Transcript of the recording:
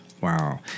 Wow